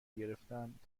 گرفتند